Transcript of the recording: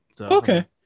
Okay